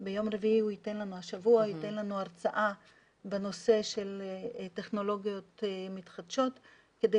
וביום רביעי השבוע הוא ייתן לנו הרצאה בנושא של טכנולוגיות מתחדשות כדי